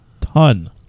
Ton